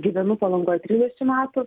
gyvenu palangoj trisdešim metų